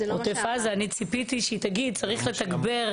עוטף עזה, אני ציפיתי שהיא תגיד צריך לתגבר.